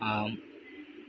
ஆம்